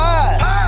eyes